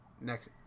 next